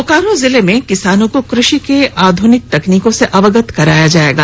बोकारो जिले में किसानों को कृषि के आध्निक तकनीकों से अवगत कराया जायेगा